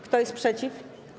Kto jest przeciw?